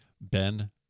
ben